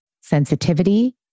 sensitivity